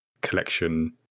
collection